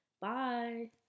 bye